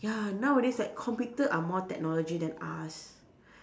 ya nowadays like computer are more technology than us